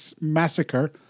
massacre